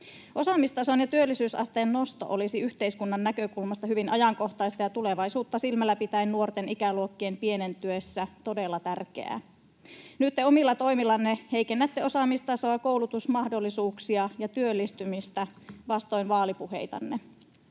Osaamistason ja työllisyysasteen nosto olisi yhteiskunnan näkökulmasta hyvin ajankohtaista ja tulevaisuutta silmällä pitäen nuorten ikäluokkien pienentyessä todella tärkeää. Nyt te omilla toimillanne heikennätte osaamistasoa, koulutusmahdollisuuksia ja työllistymistä vastoin vaalipuheitanne.